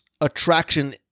attraction